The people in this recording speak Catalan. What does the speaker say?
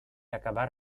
acabar